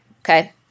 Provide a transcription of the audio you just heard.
Okay